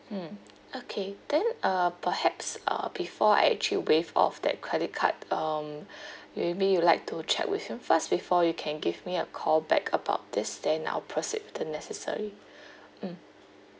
mm okay then uh perhaps uh before I actually waive off that credit card um maybe you like to check with him first before you can give me a call back about this then I'll proceed with the necessary mm